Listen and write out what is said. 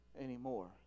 anymore